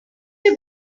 have